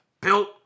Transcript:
built